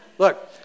Look